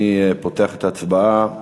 אני פותח את ההצבעה.